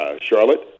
Charlotte